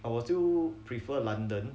I will still prefer london